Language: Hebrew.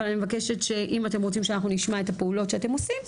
אבל אני מבקשת שאם אתם רוצים שאנחנו נשמע את הפעולות שאתם עושים,